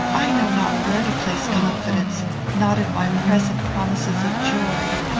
i know not where to place confidence not in my present promises of joy,